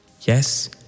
yes